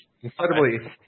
Incredibly